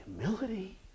humility